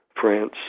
France